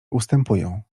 ustępują